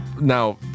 now